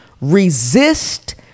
resist